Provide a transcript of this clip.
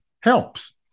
helps